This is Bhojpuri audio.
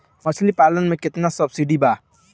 मछली पालन मे केतना सबसिडी बा?